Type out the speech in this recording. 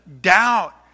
doubt